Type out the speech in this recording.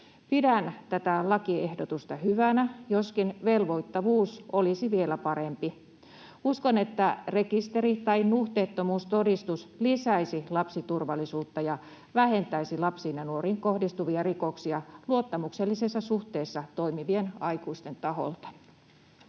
Pidän tätä lakiehdotusta hyvänä, joskin velvoittavuus olisi vielä parempi. Uskon, että rekisteri tai nuhteettomuustodistus lisäisi lapsiturvallisuutta ja vähentäisi lapsiin ja nuoriin kohdistuvia rikoksia luottamuksellisessa suhteessa toimivien aikuisten taholta.